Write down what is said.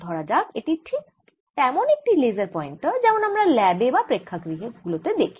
ধরা যাক এটি ঠিক তেমন একটি লেসার পয়েন্টার যেমন আমরা ল্যাবে বা প্রেক্ষাগৃহ গুলি তে দেখি